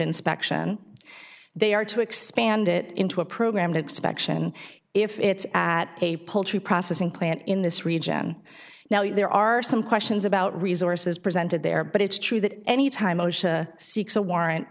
inspection they are to expand it into a program to expection if it's at a poultry processing plant in this region now there are some questions about resources presented there but it's true that any time osha seeks a warrant